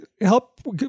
help